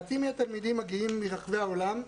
מחצית מן התלמידים מגיעים מרחבי העולם.